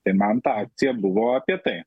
tai man ta akcija buvo apie tai